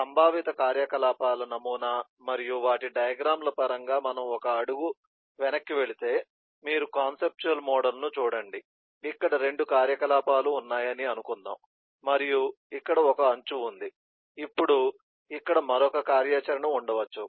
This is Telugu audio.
సంభావిత కార్యకలాపాల నమూనా మరియు వాటి డయాగ్రమ్ ల పరంగా మనం ఒక అడుగు వెనక్కి వెళితే మీరు కాన్సెప్టువల్ మోడల్ ను చూడండి ఇక్కడ 2 కార్యకలాపాలు ఉన్నాయని అనుకుందాం మరియు ఇక్కడ ఒక అంచు ఉంది ఇప్పుడు ఇక్కడ మరొక కార్యాచరణ ఉండవచ్చు